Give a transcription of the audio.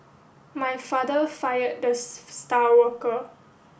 my father fired the star worker